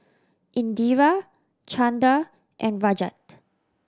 Indira Chanda and Rajat